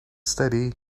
steady